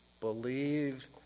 believe